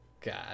God